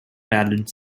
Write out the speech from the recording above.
balanced